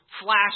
flash